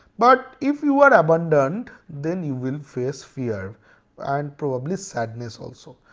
but if you are abandoned then you will face fear and probably sadness also.